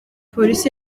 polisi